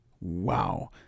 Wow